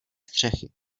střechy